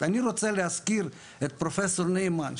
אני רוצה להזכיר את פרופסור נאמן.